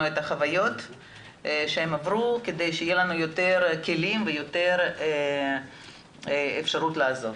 את החוויות שהם עברו כדי שיהיו לנו יותר כלים ויותר אפשרות לעזור.